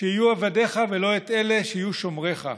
שיהיו עבדיך, ולא את אלה שיהיו שומריך.